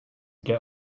get